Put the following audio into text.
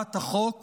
בהצעת החוק